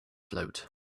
float